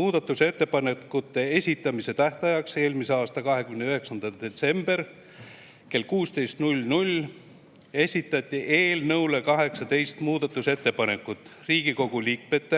Muudatusettepanekute esitamise tähtajaks eelmise aasta 29. detsembril kell 16 esitati eelnõu kohta 18 muudatusettepanekut, need